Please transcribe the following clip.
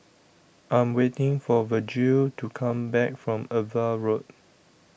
I Am waiting For Virgil to Come Back from AVA Road